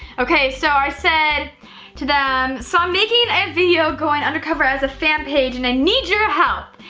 okay so i said to them so i'm making a video going undercover as a fan page, and i need your help.